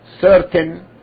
certain